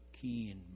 keen